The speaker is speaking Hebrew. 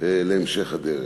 להמשך הדרך.